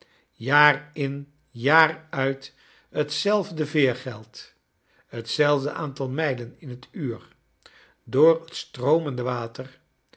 jaar in jaar uit hetzelfde veergeld hetzelfde aantal mijlen in het uur door het stroomende water